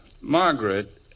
Margaret